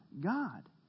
God